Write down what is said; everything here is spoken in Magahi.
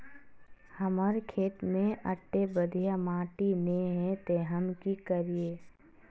हमर खेत में अत्ते बढ़िया माटी ने है ते हम की करिए?